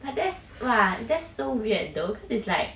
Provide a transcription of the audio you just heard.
but that's !wah! that's so weird though cause it's like